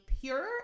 pure